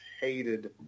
hated